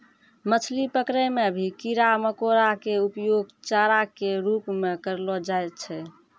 मछली पकड़ै मॅ भी कीड़ा मकोड़ा के उपयोग चारा के रूप म करलो जाय छै